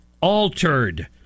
altered